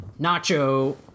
Nacho